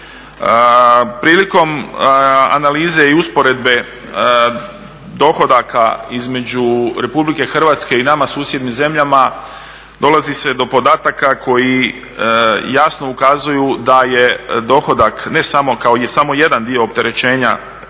Prilikom analize i usporedbe dohodaka između RH i nama susjednim zemljama dolazi se do podataka koji jasno ukazuju da je dohodak, ne samo, koji je samo jedan dio opterećenja